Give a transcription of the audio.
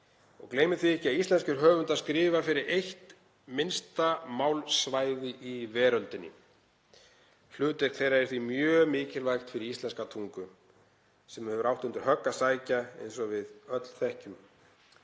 Gleymum því ekki að íslenskir höfundar skrifa fyrir eitt minnsta málsvæði í veröldinni. Hlutverk þeirra er því mjög mikilvægt fyrir íslenska tungu sem hefur átt undir högg að sækja eins og við öll þekkjum.